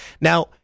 Now